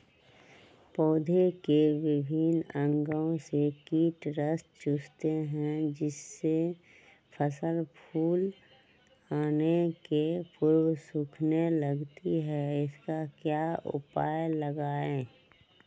पौधे के विभिन्न अंगों से कीट रस चूसते हैं जिससे फसल फूल आने के पूर्व सूखने लगती है इसका क्या उपाय लगाएं?